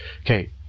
Okay